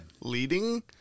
leading